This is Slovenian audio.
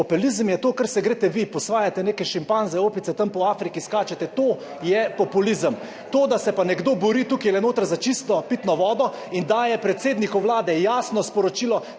Populizem je to, kar se greste vi, posvajate neke šimpanze, opice, tam po Afriki skačete, to je populizem. To, da se pa nekdo bori tukajle notri za čisto pitno vodo in daje predsedniku Vlade jasno sporočilo,